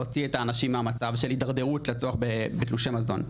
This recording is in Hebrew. להוציא את האנשים מהמצב של התדרדרות ולצורך בתלושי מזון,